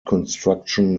construction